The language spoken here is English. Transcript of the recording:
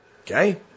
Okay